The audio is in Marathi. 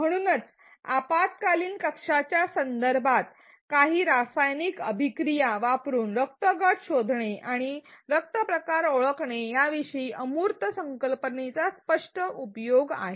म्हणूनच आपातकालीन कक्षाच्या संदर्भात काही रासायनिक अभिक्रिया वापरून रक्त गट शोधणे आणि रक्त प्रकार ओळखणे याविषयी अमूर्त संकल्पनेचा स्पष्ट उपयोग आहे